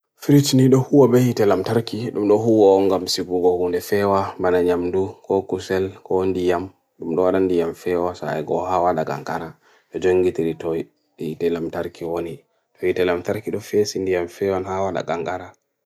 Fritch nidohu wa behite lam tariki Ndohu wa ongam shibu gohunde fewa Mananyam ndu Ko kusel Ko on dieyam Ndohu waran dieyam fewa Sa aigohawa da gankara Yajungi tiri toy Di ite lam tariki oni To ite lam tariki do face Indi am fewa nhaawa da gankara